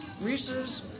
Reese's